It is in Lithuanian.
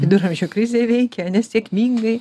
viduramžio krizė veikia ane sėkmingai